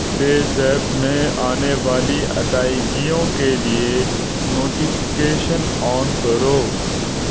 پیزیپ میں آنے والی ادائگیوں کے لیے نوٹیفکیشن آن کرو